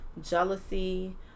jealousy